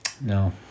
No